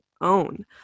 own